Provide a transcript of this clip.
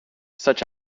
such